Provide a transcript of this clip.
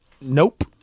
Nope